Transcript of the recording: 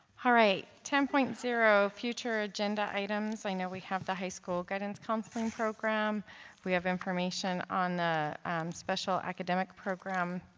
alright ten point zero future agenda items. i know we have the high school guidance counseling program we have information on the special academic program